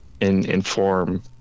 inform